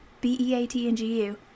B-E-A-T-N-G-U